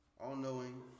all-knowing